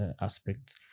aspects